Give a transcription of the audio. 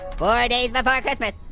four days before christmas.